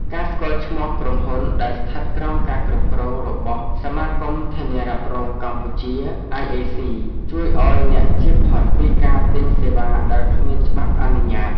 ការស្គាល់ឈ្មោះក្រុមហ៊ុនដែលស្ថិតក្រោមការគ្រប់គ្រងរបស់ សមាគមធានារ៉ាប់រងកម្ពុជា (IAC) ជួយឱ្យអ្នកជៀសផុតពីការទិញសេវាដែលគ្មានច្បាប់អនុញ្ញាត។